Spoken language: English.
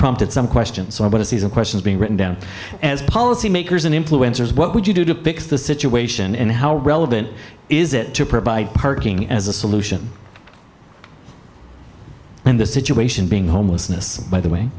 prompted some questions but if these are questions being written down as policymakers in influencers what would you do to fix the situation and how relevant is it to provide parking as a solution and the situation being homelessness by the way